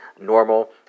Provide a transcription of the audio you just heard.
normal